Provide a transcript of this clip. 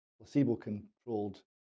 placebo-controlled